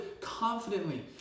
confidently